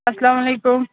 اسلام علیکُم